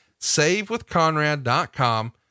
Savewithconrad.com